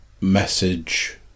message